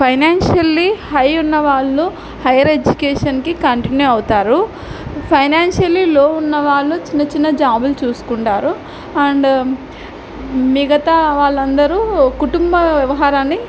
financially high ఉన్న వాళ్ళు higher ఎడ్యుకేషన్కి కంటిన్యూ అవుతారు ఫైనాన్షియలీ లో ఉన్న వాళ్ళు చిన్న చిన్న జాబ్లు చూసుకుంటారు అండ్ మిగతా వాళ్ళందరూ కుటుంబ వ్యవహారాన్ని